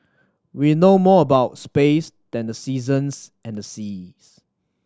we know more about space than the seasons and the seas